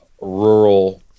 rural